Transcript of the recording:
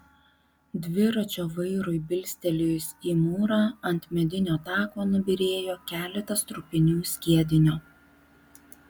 dviračio vairui bilstelėjus į mūrą ant medinio tako nubyrėjo keletas trupinių skiedinio